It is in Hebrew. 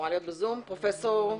אני